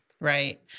Right